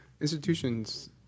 Institutions